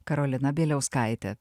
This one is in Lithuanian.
karolina bieliauskaitė